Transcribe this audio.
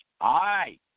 aye